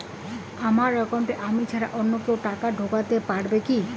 আমার একাউন্টে আমি ছাড়া অন্য কেউ টাকা ঢোকাতে পারবে কি?